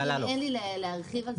אין לי מה להרחיב על כך.